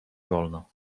wolno